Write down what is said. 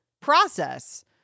process